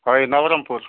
ହଇ ନବରଙ୍ଗପୁର